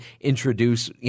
introduce